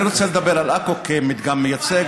אני רוצה לדבר על עכו כמדגם מייצג,